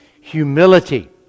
Humility